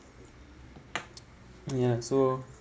ya so